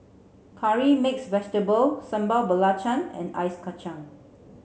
curry mixed vegetable sambal belacan and ice kacang